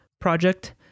project